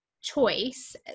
choice